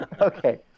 Okay